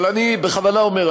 אבל אני בכוונה אומר,